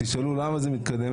תשאלו למה זה מתקדם.